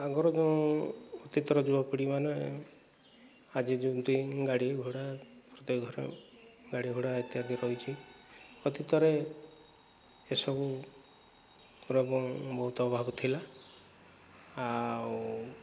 ଆଗରୁ ଅତୀତର ଯୁବପିଢ଼ିମାନେ ଆଜି ଯେମିତି ଗାଡ଼ି ଘୋଡ଼ା ପ୍ରତ୍ୟେକ ଘରେ ଗାଡ଼ି ଘୋଡ଼ା ଇତ୍ୟାଦି ରହିଛି ଅତୀତରେ ଏସବୁ ପୁରା ବହୁତ ଅଭାବ ଥିଲା ଆଉ